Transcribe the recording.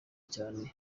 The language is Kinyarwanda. cyane